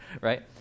right